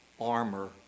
armor